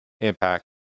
impact